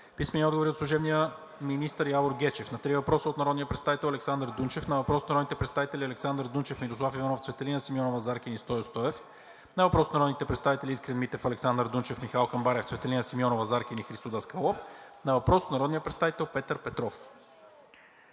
Димитров. – служебния министър Явор Гечев на три въпроса от народния представител Александър Дунчев; на въпрос от народните представители Александър Дунчев, Мирослав Иванов, Цветелина Симеонова-Заркин и Стою Стоев; на въпрос от народния представител Искрен Митев, Александър Дунчев, Михал Камбарев, Цветелина Симеонова-Заркин и Христо Даскалов; на въпрос от народния представител Петър Петров.